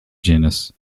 genus